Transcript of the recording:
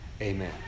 amen